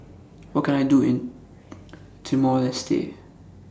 What Can I Do in Timor Leste